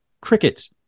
Crickets